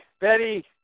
Betty